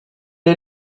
est